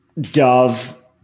dove